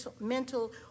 mental